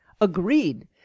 agreed